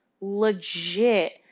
legit